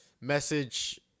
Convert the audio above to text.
message